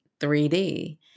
3D